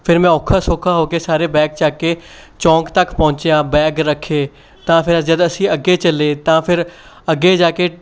ਫਿਰ ਮੈਂ ਔਖਾ ਸੌਖਾ ਹੋ ਕੇ ਸਾਰੇ ਬੈਗ ਚੱਕ ਕੇ ਚੌਂਕ ਤੱਕ ਪਹੁੰਚਿਆ ਬੈਗ ਰੱਖੇ ਤਾਂ ਫਿਰ ਜਦ ਅਸੀਂ ਅੱਗੇ ਚੱਲੇ ਤਾਂ ਫਿਰ ਅੱਗੇ ਜਾ ਕੇ